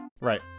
Right